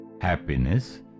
happiness